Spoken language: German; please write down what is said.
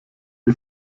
die